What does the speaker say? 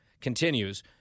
continues